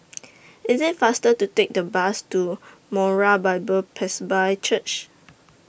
IT IS faster to Take The Bus to Moriah Bible Presby Church